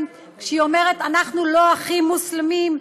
כשהיא אומרת: אנחנו לא אחים מוסלמים,